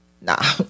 nah